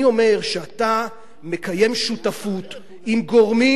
אני אומר שאתה מקיים שותפות עם גורמים